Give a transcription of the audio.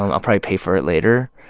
i'll probably pay for it later.